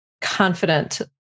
confident